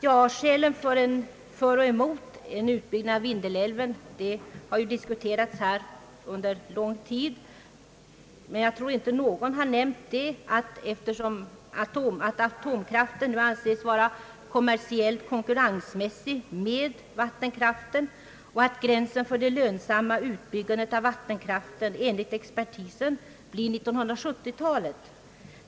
Ja, herr talman, skälen för och emot en utbyggnad av Vindelälven har ju diskuterats här under lång tid, men jag tror inte att någon har nämnt att atomkraften nu anses kunna kommersiellt konkurrera med vattenkraften och att gränsen för det lönsamma utbyggandet av vattenkraften enligt expertisen infaller under 1970-talet.